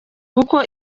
kuko